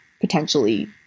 potentially